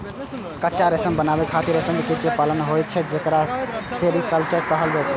कच्चा रेशम बनाबै खातिर रेशम के कीट कें पालन होइ छै, जेकरा सेरीकल्चर कहल जाइ छै